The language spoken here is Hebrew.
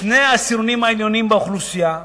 שני העשירונים העליונים באוכלוסייה,